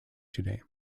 today